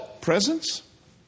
presence